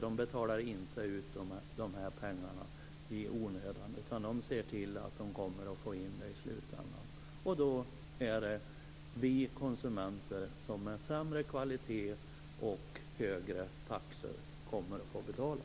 De betalar inte ut de här pengarna i onödan, utan de ser till att få in dem i slutändan. Då är det vi konsumenter som med sämre kvalitet och högre taxor kommer att få betala.